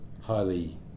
highly